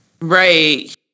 Right